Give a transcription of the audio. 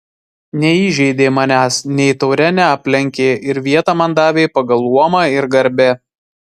neįžeidė manęs nei taure neaplenkė ir vietą man davė pagal luomą ir garbę